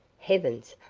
heavens,